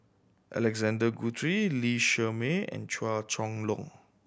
Alexander Guthrie Lee Shermay and Chua Chong Long